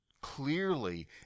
clearly